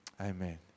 Amen